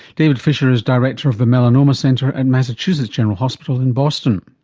david fisher is director of the melanoma center at massachusetts general hospital in boston